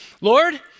Lord